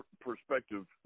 perspective